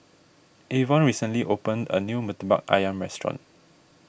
Avon recently opened a new Murtabak Ayam restaurant